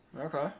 okay